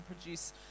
produce